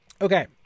Okay